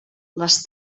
les